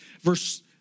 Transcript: verse